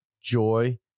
joy